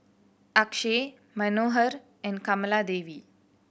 Akshay Manohar and Kamaladevi